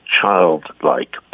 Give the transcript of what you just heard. childlike